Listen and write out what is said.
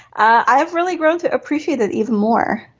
i've really grown to appreciate that even more.